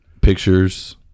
pictures